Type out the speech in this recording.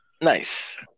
Nice